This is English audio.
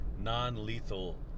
non-lethal